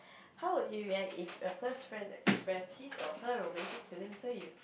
how would you react if a close friend express his or her romantic feelings for you